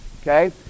okay